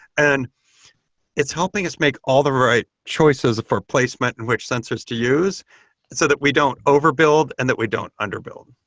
and it's helping us make all the right choices for placement and which sensors to use so that we don't overbuild and that we don't under build.